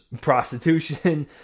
prostitution